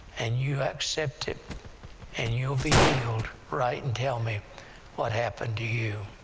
and you accept it and you'll be healed. write, and tell me what happened to you,